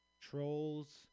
trolls